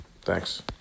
thanks